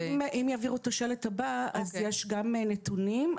במצגת יש גם נתונים.